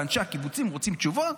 ואנשי הקיבוצים רוצים תשובות.